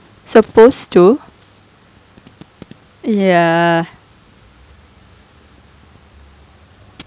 supposed to ya